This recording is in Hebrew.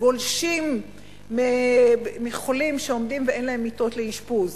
גולשים מחולים שעומדים ואין להם מיטות לאשפוז.